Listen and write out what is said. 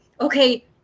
okay